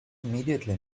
immediately